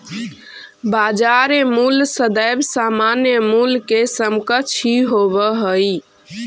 बाजार मूल्य सदैव सामान्य मूल्य के समकक्ष ही होवऽ हइ